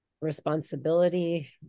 responsibility